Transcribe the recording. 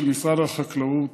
של משרד החקלאות,